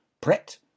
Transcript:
Pret